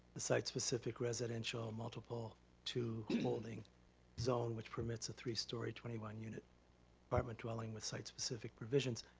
the site specific residential multiple two holding zone which permits a three story, twenty one unit apartment dwelling with site specific provisions.